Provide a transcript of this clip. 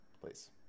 please